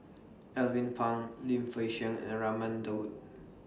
Alvin Pang Lim Fei Shen and Raman Daud